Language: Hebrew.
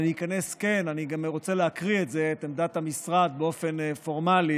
אני רוצה להקריא את עמדת המשרד באופן פורמלי